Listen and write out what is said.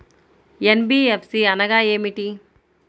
NBFC అనగా ఏమిటీ?